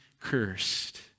cursed